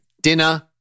Dinner